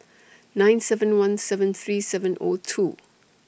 nine seven one seven three seven O two